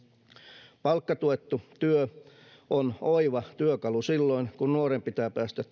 koulutukseen pääsystä palkkatuettu työ on oiva työkalu silloin kun nuoren pitää päästä